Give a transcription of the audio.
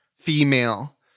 female